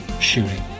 shooting